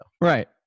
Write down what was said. right